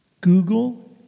Google